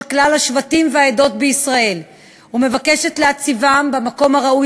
כלל השבטים והעדות בישראל ומבקשת להציבן במקום הראוי